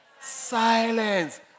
silence